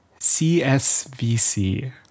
CSVC